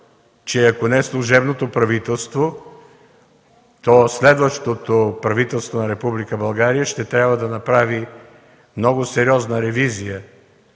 че ако не служебното правителство, то следващото правителство на Република България ще трябва да направи много сериозна ревизия